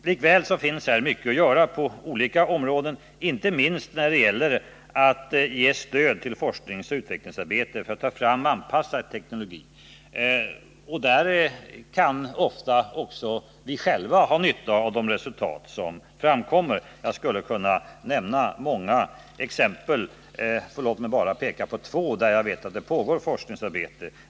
Likväl finns här mycket att göra på olika områden, inte minst när det gäller att ge stöd till forskningsoch utvecklingsarbete för att ta fram anpassad teknologi. I det arbetet kan vi själva ofta ha nytta av de resultat som framkommer. Jag skulle kunna nämna många exempel på sådana insatser, men låt mig bara peka på två där jag vet att det pågår forskningsarbete.